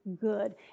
good